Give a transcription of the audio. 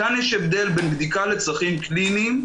כאן יש הבדל בין בדיקה לצרכים קליניים,